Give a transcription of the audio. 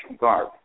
Guard